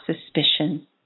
suspicion